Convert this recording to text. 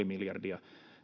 miljardia